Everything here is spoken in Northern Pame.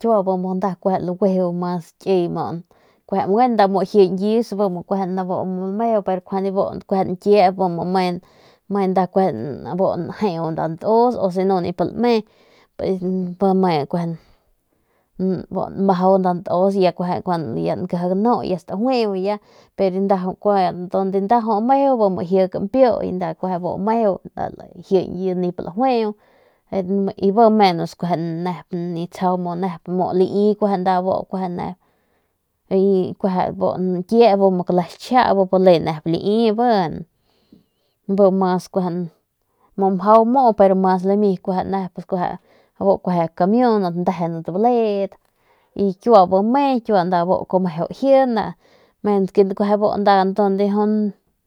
Kiua bu mu kueje laguiju y gueno kueje nda meju laji ñkis meju pero kjuande bu nkiep me nda kueje bu njeu nda ntus si no nda nip lame njeu nda ntus u nda njeu nda ntus y ya nda lankiji ganu ya lame njeu nda ntus pus ya nda laji kampiu laji nip lajuu y bi nip tsjau nep lai kueje bu nkiep bi kle xiñchja bi mas kueje mas mjau mu kueje kamiun bi ndejenat y kiua bi me kiua bi nda bu kuaju meju menos bu